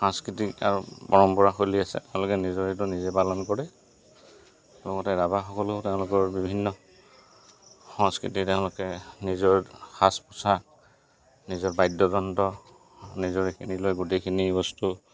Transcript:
সাংস্কৃতিক আৰু পৰম্পৰাশৈলী আছে তেওঁলোকে নিজৰ হেৰিটো নিজে পালন কৰে লগতে ৰাভাসকলেও তেওঁলোকৰ বিভিন্ন সংস্কৃতি তেওঁলোকে নিজৰ সাজ পোছাক নিজৰ বাদ্যযন্ত্ৰ নিজৰ সেইখিনি লৈ গোটেইখিনি বস্তু